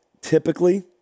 Typically